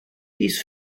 dies